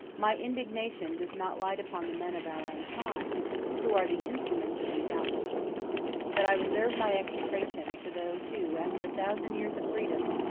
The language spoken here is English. my indignation does not light upon the men of our own time who are the instruments of these outrages but i reserve my execration for those who, after a thousand years of freedom,